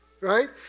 Right